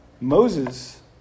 Moses